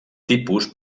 tipus